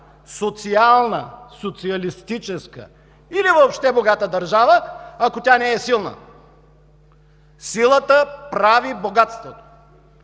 социална, социалистическа или въобще богата държава, ако тя не е силна. Силата прави богатството.